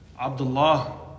Abdullah